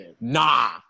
nah